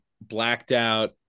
blacked-out